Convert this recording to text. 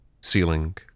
ceiling